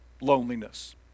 loneliness